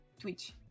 Twitch